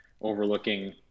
overlooking